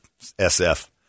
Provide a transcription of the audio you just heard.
SF